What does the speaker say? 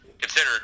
considered